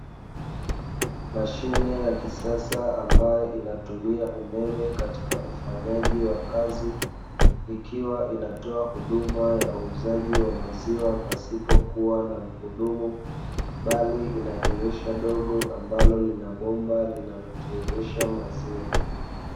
Mashine ya kisasa ambayo inatumia umeme katika ufanyaji wa kazi, ikiwa inatoa huduma ya uuzaji wa maziwa pasipo kuwa na mhudumu, bali ina dirisha dogo ambalo lina bomba linalotiririsha maziwa.